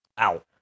Ow